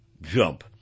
jump